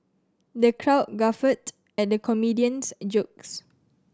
the crowd guffawed at comedian's jokes